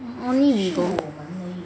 only Lego